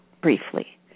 briefly